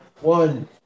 One